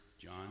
john